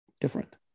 different